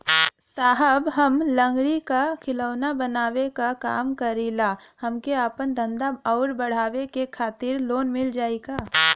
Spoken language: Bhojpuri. साहब हम लंगड़ी क खिलौना बनावे क काम करी ला हमके आपन धंधा अउर बढ़ावे के खातिर लोन मिल जाई का?